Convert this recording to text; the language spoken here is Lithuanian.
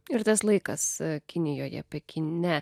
ir tas laikas kinijoje pekine